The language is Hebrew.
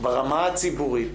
- ברמה הציבורית,